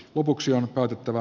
lopuksi on päätettävä